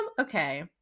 Okay